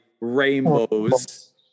rainbows